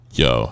yo